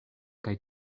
kaj